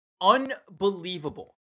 unbelievable